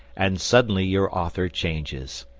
and suddenly your author changes.